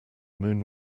moon